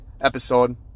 episode